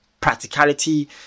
practicality